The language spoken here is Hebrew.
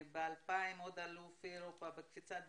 ב-2000 עוד פעם אלוף אירופה בקפיצה במוט.